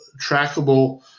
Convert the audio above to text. trackable